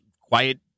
quiet